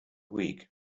week